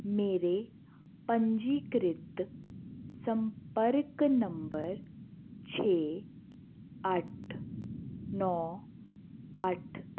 ਮੇਰੇ ਪੰਜੀਕ੍ਰਿਤ ਸੰਪਰਕ ਨੰਬਰ ਛੇ ਅੱਠ ਨੌਂ ਅੱਠ